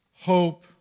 hope